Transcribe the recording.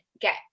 get